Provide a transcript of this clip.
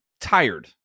tired